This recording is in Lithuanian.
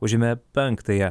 užėmė penktąją